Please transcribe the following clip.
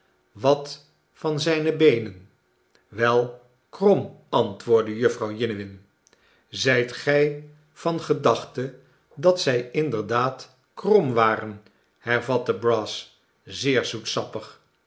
wat van zijne beenen wel krom antwoordde jufvrouw jiniwin zijt gij van gedachte dat zij inderdaad krom waren hervatte brass